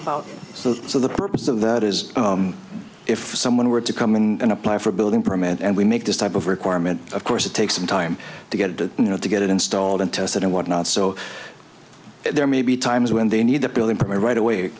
about so the purpose of that is if someone were to come in and apply for a building permit and we make this type of requirement of course it takes some time to get to know to get it installed and tested and what not so there may be times when they need the building permit right away